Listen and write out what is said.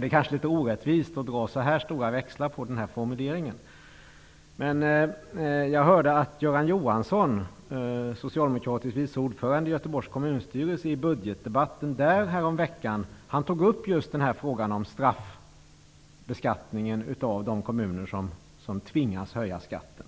Det är kanske litet orättvist att dra så stora växlar på den här formuleringen, men jag hörde att Göran Göteborgs kommunstyrelse, i budgetdebatten där häromveckan tog upp just frågan om straffbeskattningen av de kommuner som tvingas att höja skatten.